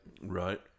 right